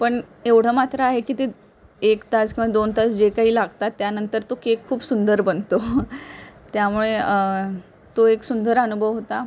पण एवढं मात्र आहे की ते एक तास किंवा दोन तास जे काही लागतात त्यानंतर तो केक खूप सुंदर बनतो त्यामुळे तो एक सुंदर अनुभव होता